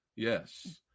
Yes